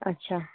अच्छा